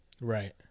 Right